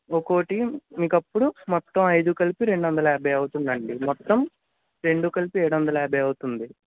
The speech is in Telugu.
ఒక్కోటి మీకు అప్పుడు మొత్తం అయిదు కలిపి రెండు వందల యాభై అవుతుందండీ మొత్తం రెండు కలిపి ఏడూ వందల యాభై అవుతుంది